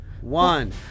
one